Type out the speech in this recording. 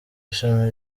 ishami